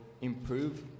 improve